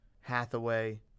Hathaway